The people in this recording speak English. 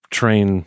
train